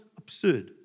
absurd